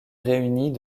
réunit